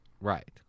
Right